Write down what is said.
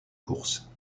courses